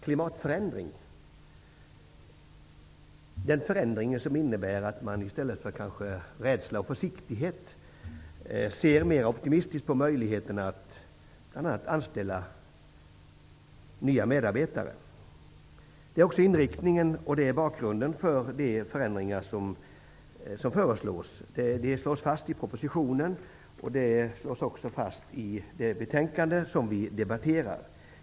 Det är en förändring som innebär att man i stället för att känna rädsla och försiktighet ser mer optimistiskt på möjligheterna att bl.a. anställa nya medarbetare. Detta är också inriktningen och bakgrunden till de förändringar som föreslås. Detta slås fast i propositionen och i det betänkande som vi debatterar.